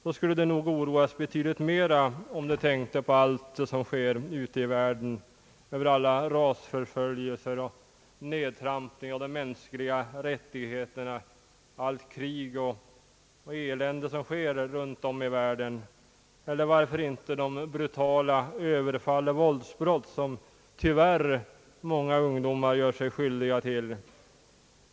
De skulle nog oroas betydligt mera om de tänkte på allt ont som sker ute i världen, alla rasförföljelser, all nedtrampning av de mänskliga rättigheterna och allt krig och elände runt om i världen. Eller varför inte de brutala överfall och våldsdåd som tyvärr många ungdomar gör sig skyldiga till?